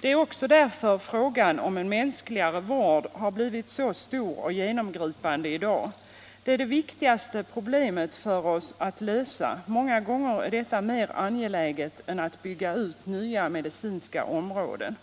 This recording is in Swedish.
Det är också därför frågan om en mänskligare vård har blivit så stor och genomgripande i dag. Det är det viktigaste problemet för oss att lösa. Många gånger är det mer angeläget än att bygga ut nya medicinska områden.